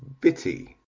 bitty